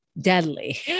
deadly